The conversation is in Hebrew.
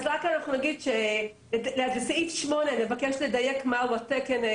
אז בסעיף 8 נבקש לדייק מהו התקן,